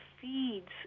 feeds